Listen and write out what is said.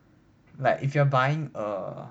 like if you are buying err